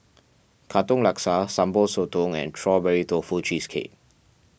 Katong Laksa Sambal Sotong and Strawberry Tofu Cheesecake